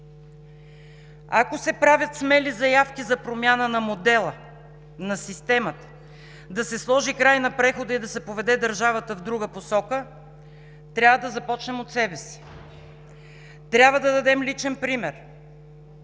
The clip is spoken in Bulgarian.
„Ако се правят смели заявки за промяна на модела, на системата, да се сложи край на прехода и да се поведе държавата в друга посока, трябва да започнем от себе си, трябва да дадем личен пример.